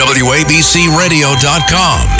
wabcradio.com